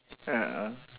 ah ah